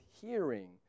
hearing